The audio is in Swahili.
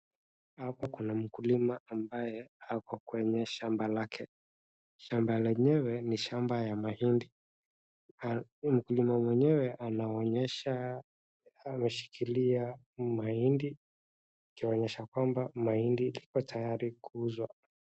Hapa kuna mkulima ambaye ako kwenye shamba lake. Shamba lenyewe ni shamba la mahindi. Mkulima mwenyewe anaonyesha, ameshikilia mahindi kuonyesha kwamba mahindi iko tayari kuuzwa.